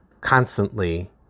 constantly